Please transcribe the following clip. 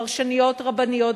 פרשניות רבניות,